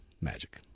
magic